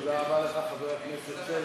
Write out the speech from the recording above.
תודה רבה לך, חבר הכנסת שלח.